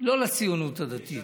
לציונות הדתית.